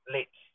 Late